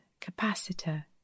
Capacitor